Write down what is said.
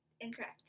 Incorrect